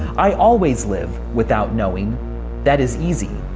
i always live without knowing that is easy.